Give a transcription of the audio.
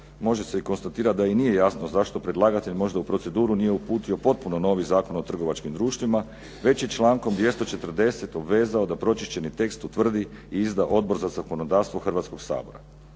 može se i konstatirati da i nije jasno zašto predlagatelj možda u proceduru nije uputio potpuno novi Zakon o trgovačkim društvima već je člankom 240. obvezao da pročišćeni tekst utvrdi i izda Odbor za zakonodavstvo Hrvatskog sabora.